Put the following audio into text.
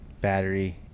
battery